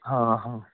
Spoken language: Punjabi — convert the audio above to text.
ਹਾਂ ਹਾਂ